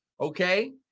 Okay